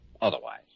otherwise